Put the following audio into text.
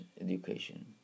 education